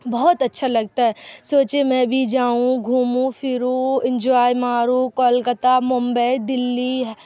بہت اچھا لگتا ہے سوچیے میں بھی جاؤں گھوموں پھروں انجوائے ماروں کولکاتہ ممبئی دلی